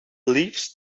leaves